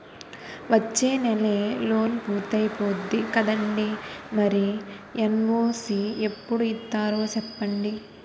వచ్చేనెలే లోన్ పూర్తయిపోద్ది కదండీ మరి ఎన్.ఓ.సి ఎప్పుడు ఇత్తారో సెప్పండి